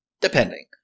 Depending